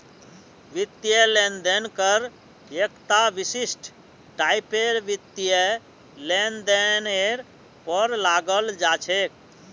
वित्तीय लेन देन कर एकता विशिष्ट टाइपेर वित्तीय लेनदेनेर पर लगाल जा छेक